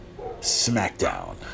SmackDown